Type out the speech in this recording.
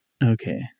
Okay